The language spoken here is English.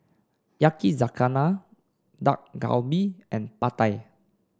Yakizakana Dak Galbi and Pad Thai